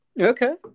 Okay